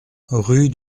rue